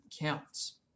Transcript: counts